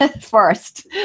first